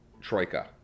Troika